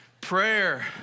Prayer